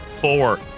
Four